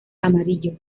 amarillo